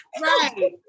Right